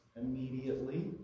immediately